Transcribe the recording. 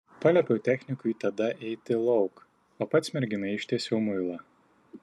paliepiau technikui tada eiti lauk o pats merginai ištiesiau muilą